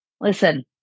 listen